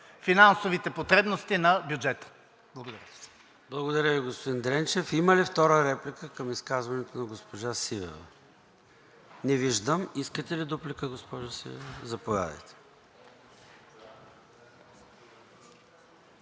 финансовите потребности на бюджета. Благодаря. ПРЕДСЕДАТЕЛ ЙОРДАН ЦОНЕВ: Благодаря Ви, господин Дренчев. Има ли втора реплика към изказването на госпожа Сивева? Не виждам. Искате ли дуплика, госпожо Сивева? Заповядайте.